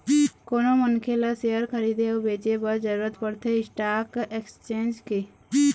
कोनो मनखे ल सेयर खरीदे अउ बेंचे बर जरुरत पड़थे स्टाक एक्सचेंज के